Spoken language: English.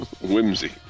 whimsy